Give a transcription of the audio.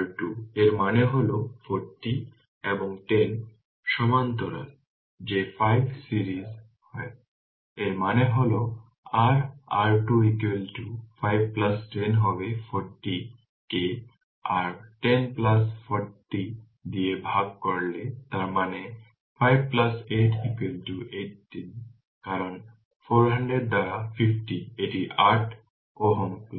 R2 এর মানে হল 40 এবং 10 সমান্তরাল যে 5 সিরিজ হয় এর মানে হল r R2 510 হবে 40 কে r 1040 দিয়ে ভাগ করলে তার মানে 58 13 কারণ 400 দ্বারা 50 এটি 8 Ω5 30 হবে